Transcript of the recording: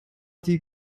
die